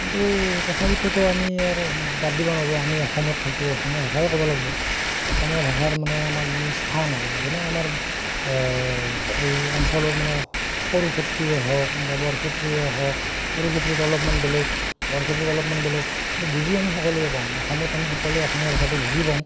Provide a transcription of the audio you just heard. কিন্তু তথাপিতোতো আমি আৰু বাদ দিব নোৱাৰোঁ আমি অসমত থাকোঁ অসমীয়া ভাষাই ক'ব লাগিব অসমীয়া ভাষাৰ মানে আমাৰ যিবোৰ স্থান আৰু যেনে আমাৰ এই অঞ্চলত মানে সৰুক্ষেত্ৰীয়ে হওক বা বৰক্ষেত্ৰীয়ে হওক সৰুক্ষেত্ৰীত অলপমান বেলেগ বৰক্ষেত্ৰীত অলপমান বেলেগ কিন্তু বুজি আমি সকলোৱে পাওঁ অসমত আমি সকলোৱে অসমীয়া ভাষাটো বুজি পাওঁ